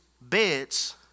beds